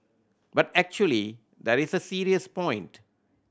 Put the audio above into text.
but actually there is a serious point